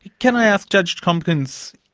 can i ask, judge tompkins,